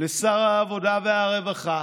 ולשר העבודה והרווחה